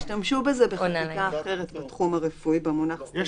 השתמשו בזה בחקיקה אחרת בתחום הרפואי במונח סטז'ר,